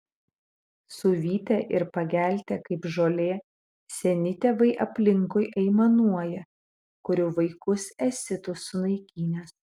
suvytę ir pageltę kaip žolė seni tėvai aplinkui aimanuoja kurių vaikus esi tu sunaikinęs